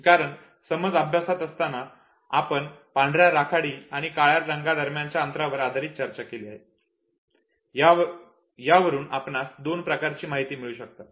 कारण समज अभ्यासात असताना आपण पांढर्या राखाडी आणि काळा रंगादरम्यानच्या अंतरावर आधारित चर्चा केली आहे यावरून आपणास दोन प्रकारच्या माहिती मिळू शकतात